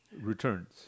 returns